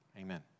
Amen